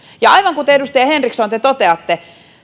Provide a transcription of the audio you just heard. ja aivan kuten edustaja henriksson te toteatte